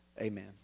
Amen